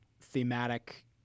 thematic